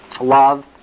love